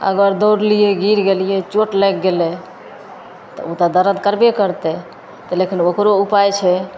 अगर दौड़लिए गिर गेलिए चोट लागि गेलै तऽ ओ तऽ दरद करबे करतै तऽ लेकिन ओकरो उपाय छै